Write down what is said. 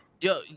yo